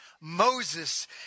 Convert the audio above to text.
moses